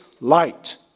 light